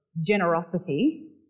generosity